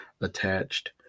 attached